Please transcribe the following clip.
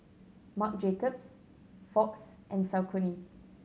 Marc Jacobs Fox and Saucony